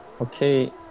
Okay